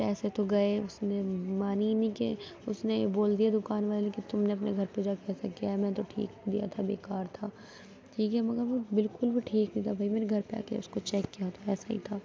پیسے تو گئے اس نے مانے ہی نہیں کہ اس نے بول دیا دوکان والے کہ تم نے اپنے گھر پہ جا کے ایسا کیا ہے میں تو ٹھیک دیا تھا بےکار تھا ٹھیک ہے مگر وہ بالکل بھی ٹھیک نہیں تھا بھائی میں نے گھر پہ آ کے اس کو چیک کیا تھا ایسا ہی تھا